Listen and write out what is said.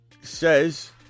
says